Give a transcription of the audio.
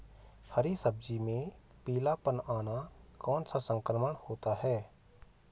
हरी सब्जी में पीलापन आना कौन सा संक्रमण होता है?